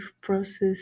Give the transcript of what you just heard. process